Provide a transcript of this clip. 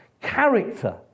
Character